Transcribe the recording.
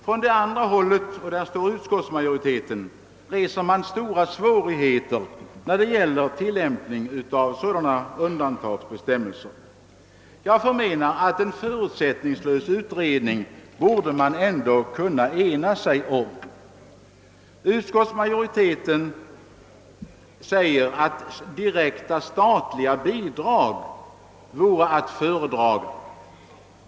Från det andra hållet — och där står utskottsmajoriteten — uppställer man stora svårigheter när det gäller tillämpningen av sådana undantagsbestämmelser. Jag förmenar att man borde kunna ena sig om en förutsättningslös utredning. Utskottsmajoriteten säger att direkta statliga bidrag vore att föredraga.